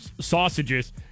sausages